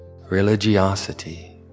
religiosity